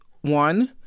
one